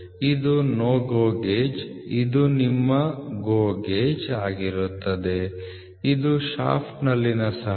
ಇದು NOT GO gauge ಇದು ನಿಮ್ಮ GO ಗೇಜ್ ಆಗಿರುತ್ತದೆ ಇದು ಶಾಫ್ಟ್ನಲ್ಲಿ ಸಹನೆ